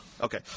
Okay